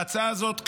ההצעה הזאת,